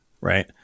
Right